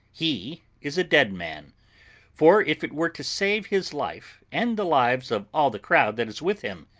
he is a dead man for if it were to save his life, and the lives of all the crowd that is with him,